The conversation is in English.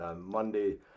Monday